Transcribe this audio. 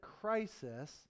crisis